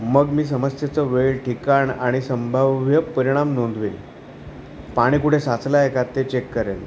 मग मी समस्येचं वेळ ठिकाण आणि संभाव्य परिणाम नोंदवेन पाणी कुठे साचलाय का ते चेक करेन